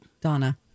Donna